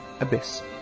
Abyss